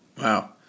wow